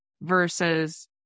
versus